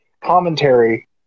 commentary